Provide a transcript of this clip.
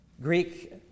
Greek